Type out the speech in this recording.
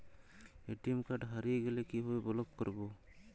ATM card হারিয়ে গেলে কিভাবে ব্লক করবো?